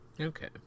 Okay